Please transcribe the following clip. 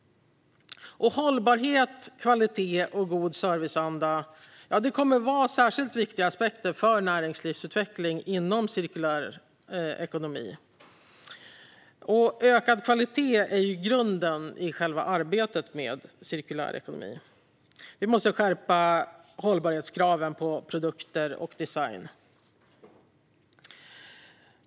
Hållbarhet, kvalitet och god serviceanda kommer att vara särskilt viktiga aspekter för näringslivsutveckling inom cirkulär ekonomi, och ökad kvalitet är grunden i själva arbetet med cirkulär ekonomi. Vi måste skärpa hållbarhetskraven på produkter och design.